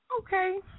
Okay